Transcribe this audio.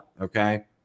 Okay